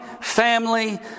family